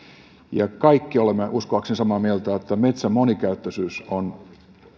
kaikki olemme uskoakseni samaa mieltä että metsän monikäyttöisyys on